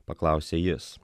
paklausė jis